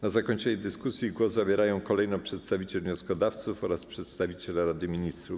Na zakończenie dyskusji głos zabierają kolejno przedstawiciel wnioskodawców oraz przedstawiciel Rady Ministrów.